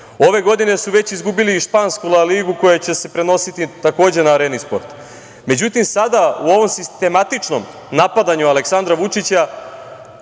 Ove godine su već izgubili i špansku La ligu koja će se prenositi takođe na „Areni sport“. Međutim, sada u ovom sistematičnom napadanju Aleksandra Vučića